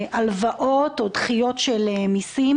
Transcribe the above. הלוואות או דחיות של מיסים,